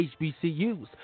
HBCUs